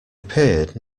appeared